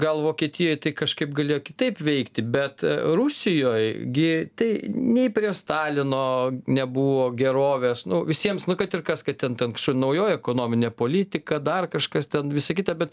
gal vokietijoj tai kažkaip galėjo kitaip veikti bet rusijoj gi tai nei prie stalino nebuvo gerovės nu visiems nu kad ir kas kad ten ta naujoji ekonominė politika dar kažkas ten visa kita bet